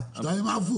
תגיד "לא יודע",